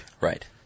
Right